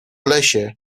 lesie